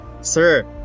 Sir